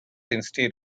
instead